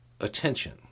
attention